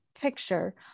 picture